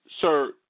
Sir